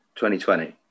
2020